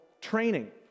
training